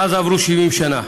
מאז עברו 60 שנה.